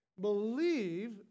believe